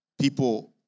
people